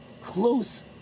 close